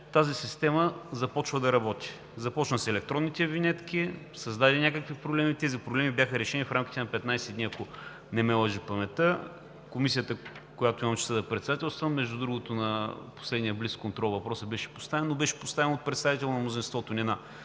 тази система започва да работи. Започна с електронните винетки, създаде някакви проблеми. Тези проблеми бяха решени в рамките на 15 дни, ако не ме лъже паметта. В Комисията, която имам честта да председателствам, между другото, на последния блицконтрол беше поставен въпросът, но беше поставен от представител на мнозинството, а не на